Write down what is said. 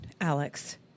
Alex